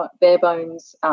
bare-bones